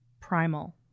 primal